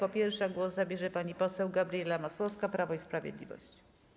Jako pierwsza głos zabierze pani poseł Gabriela Masłowska, Prawo i Sprawiedliwość.